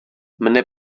mne